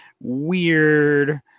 weird